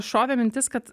šovė mintis kad